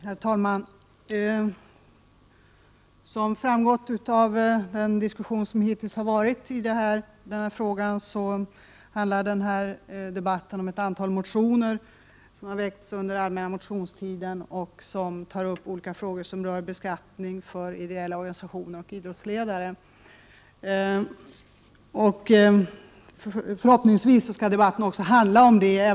Herr talman! Som framgått av den diskussion som hittills har förts i denna fråga handlar det om ett antal motioner som har väckts under den allmänna motionstiden och som tar upp olika frågor som rör beskattning av ideella organisationer och idrottsledare. Förhoppningsvis skall debatten också handla om det.